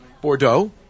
Bordeaux